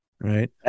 right